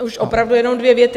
Už opravdu jenom dvě věty.